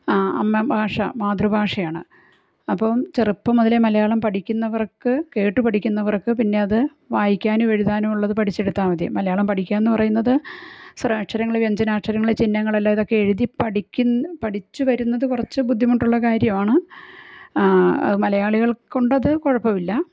അമ്മ ഭാഷ മാതൃഭാഷയാണ് അപ്പോൾ ചെറുപ്പം മുതലേ മലയാളം പഠിക്കുന്നവർക്ക് കേട്ടു പഠിക്കുന്നവർക്ക് പിന്നെ അത് വായിക്കാനും എഴുതാനും ഉള്ളത് പഠിച്ചെടുത്താൽ മതി മലയാളം പഠിക്കുക എന്ന് പറയുന്നത് സ്വരാക്ഷരങ്ങള് വ്യഞ്ജനാക്ഷരങ്ങള് ചിഹ്നങ്ങളെല്ലാം ഇതൊക്കെ എഴുതി പഠിക്കുന്ന പഠിച്ചു വരുന്നത് കുറച്ച് ബുദ്ധിമുട്ടുള്ള കാര്യവാണ് മലയാളികളെ കൊണ്ടത് കുഴപ്പമില്ല